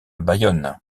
bayonne